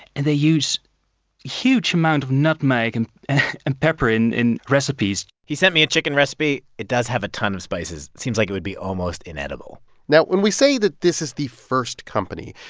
and they used huge amount of nutmeg and and pepper in in recipes he sent me a chicken recipe. it does have a ton of spices. it seems like it would be almost inedible now, when we say that this is the first company,